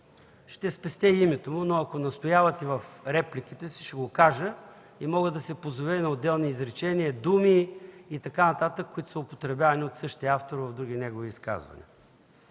Ще спестя името му, но ако настоявате, в репликите си ще кажа и мога да се позова и на отделни изречения, думи и така нататък, които са употребявани от същия автор в други негови изказвания.